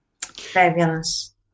Fabulous